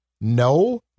No